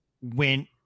went